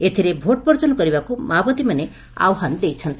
ଏଥରେ ଭୋଟ୍ ବର୍ଜନ କରିବାକୁ ମାଓବାଦୀମାନେ ଆହ୍ୱାନ ଦେଇଛନ୍ତି